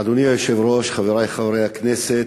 אדוני היושב-ראש, חברי חברי הכנסת,